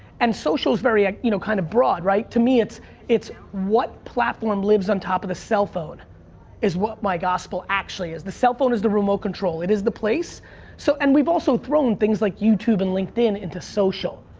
and social's very ah you know kind of broad. to me, it's it's what platform lives on top of the cell phone is what my gospel actually is. the cell phone is the remote control. it is the place so and we've also thrown things like youtube and linkedin into social.